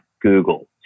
Google